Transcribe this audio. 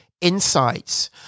insights